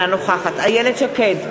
אינה נוכחת איילת שקד,